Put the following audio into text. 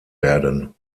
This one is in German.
werden